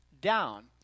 down